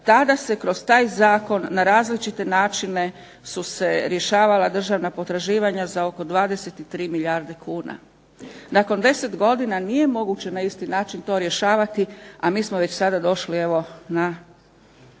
tada se kroz taj zakon na različite načine su se rješavala državna potraživanja za oko 23 milijarde kuna. Nakon 10 godina nije moguće na isti način to rješavati, a mi smo već sada došli na